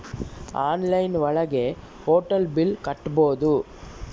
online ಒಳಗ hotel bill ಕಟ್ಬೋದು